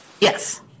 Yes